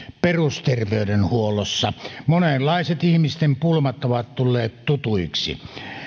perusterveydenhuollossa monenlaiset ihmisten pulmat ovat tulleet tutuiksi